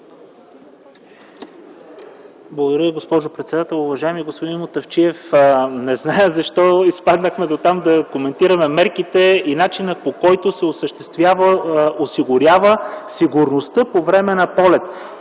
Благодаря Ви, госпожо председател! Уважаеми господин Мутафчиев, не зная защо изпаднахме дотам да коментираме мерките и начина, по който се осъществява сигурността по време на полет.